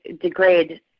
degrade